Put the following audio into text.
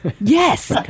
Yes